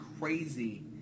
crazy